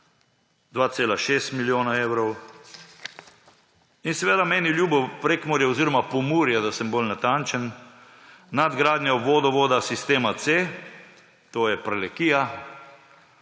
2,6 milijona evrov. In seveda, meni ljubo Prekmurje oziroma Pomurje, da sem bolj natančen, nadgradnjo vodovoda sistema C, to je Prlekija,